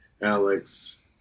Alex